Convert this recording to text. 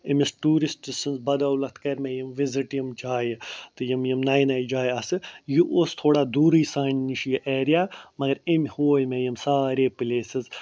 أمِس ٹوٗرِسٹ سٔنٛز بدولَت کَرِ مےٚ یِم وِزِٹ یِم جایہِ تہٕ یِم یِم نَیہِ نَیہِ جایہِ آسہٕ یہِ اوس تھوڑا دوٗرٕے سانہِ نِش یہِ اٮ۪رِیا مگر أمۍ ہوٕے مےٚ یِم سارے پٕلیسٕز